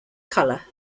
colour